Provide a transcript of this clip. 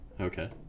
Okay